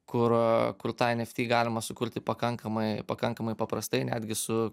kur kur tą eft galima sukurti pakankamai pakankamai paprastai netgi su